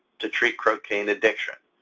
to treat cocaine addiction.